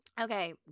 Okay